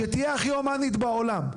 שתהיה הכי הומנית בעולם,